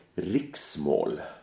Riksmål